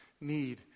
need